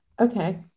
Okay